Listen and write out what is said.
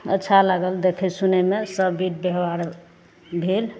अच्छा लागल देखै सुनैमे सब बिध बेहबार भेल